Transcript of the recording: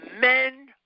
men